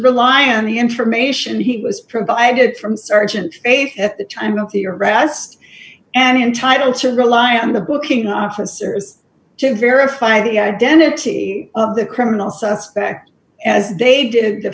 rely on the information he was provided from sergeant aid at the time of the arrest and entitled to rely on the booking officers to verify the identity of the criminal suspect as they did the